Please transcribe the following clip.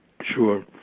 sure